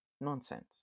Nonsense